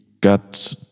got